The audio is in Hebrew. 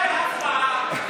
מתי הצבעה?